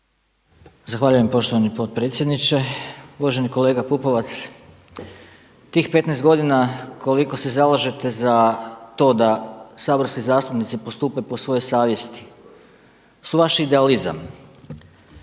Hvala gospodine potpredsjedniče. Uvaženi kolega Pupovac. Tih 15 godina koliko se zalažete za to da saborski zastupnici postupe po svojoj savjesti su vaš idealizam.